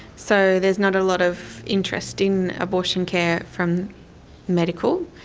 so there's not a lot of interest in abortion care from medical.